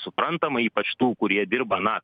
suprantama ypač tų kurie dirba na